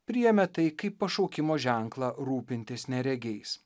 priėmė tai kaip pašaukimo ženklą rūpintis neregiais